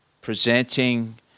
presenting